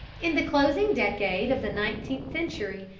in the closing decade of the nineteenth century,